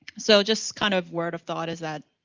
so just kind of word of thought is that,